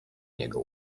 niego